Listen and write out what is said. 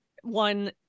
one